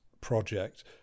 project